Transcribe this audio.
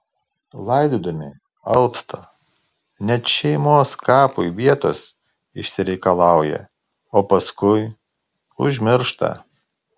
laidodami alpsta net šeimos kapui vietos išsireikalauja o paskui užmiršta